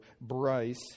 Bryce